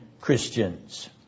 Christians